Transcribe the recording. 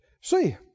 See